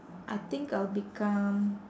I think I'll become